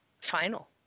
final